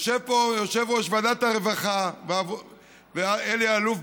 יושב פה יושב-ראש ועדת הרווחה אלי אלאלוף,